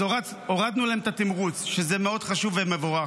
אז הורדנו להן את התמרוץ, שזה מאוד חשוב ומבורך,